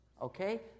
okay